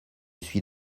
suis